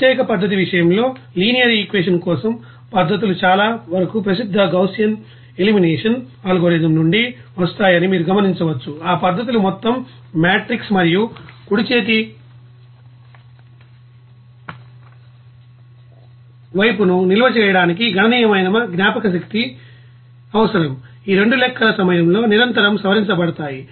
ప్రత్యక్ష పద్ధతి విషయంలో లినియర్ ఈక్వేషన్ కోసం పద్ధతులు చాలా వరకు ప్రసిద్ధ గౌసియన్ ఎలిమినేషన్ అల్గోరిథం నుండి వస్తాయని మీరు గమనించవచ్చు ఈ పద్ధతులు మొత్తం మెట్రిక్స్ మరియు కుడి చేతి వైపును నిల్వ చేయడానికి గణనీయమైన జ్ఞాపకశక్తి అవసరం ఈ రెండూ లెక్కల సమయంలో నిరంతరం సవరించబడతాయి